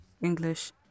English